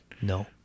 No